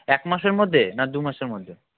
এক মাসের মধ্যে না দু মাসের মধ্যে